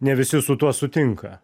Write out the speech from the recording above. ne visi su tuo sutinka